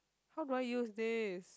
how do I use this